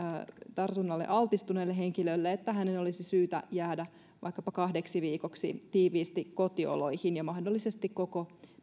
tartunnalle altistuneelle henkilölle että hänen olisi syytä jäädä vaikkapa kahdeksi viikoksi tiiviisti kotioloihin ja mahdollisesti koko